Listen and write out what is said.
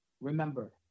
remember